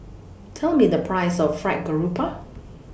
Tell Me The Price of Fried Garoupa